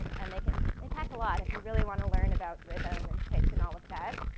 and that can impact a lot if you really wanna learn about rhythm and pitch and all of that.